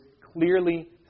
clearly